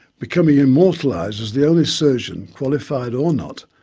becoming immortalised as the only surgeon, qualified or not,